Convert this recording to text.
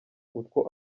utwo